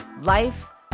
life